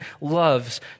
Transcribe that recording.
loves